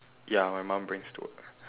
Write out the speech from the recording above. ya my mum brings to work